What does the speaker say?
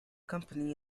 company